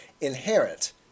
inherent